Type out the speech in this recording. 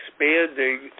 expanding